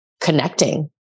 connecting